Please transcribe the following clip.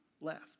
left